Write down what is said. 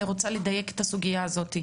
אני רוצה לדייק את הסוגייה הזאת,